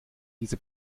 diese